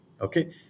okay